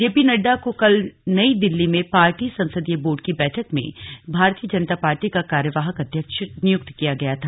JP Nadda को कल नई दिल्ली में पार्टी संसदीय बोर्ड की बैठक में भारतीय जनता पार्टी का कार्यवाहक अध्यक्ष नियुक्त किया गया था